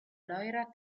loira